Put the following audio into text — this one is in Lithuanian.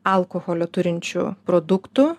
alkoholio turinčių produktų